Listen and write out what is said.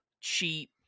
cheap